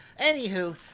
anywho